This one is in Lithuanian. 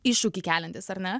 iššūkį keliantis ar ne